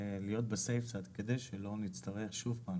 להיות ב safe side, כדי שלא נצטרך שוב פעם